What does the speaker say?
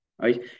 right